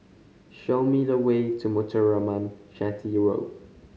show me the way to Muthuraman Chetty Road